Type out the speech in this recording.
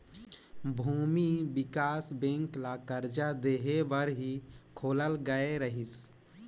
भूमि बिकास बेंक ल करजा देहे बर ही खोलल गये रहीस